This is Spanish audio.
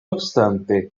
obstante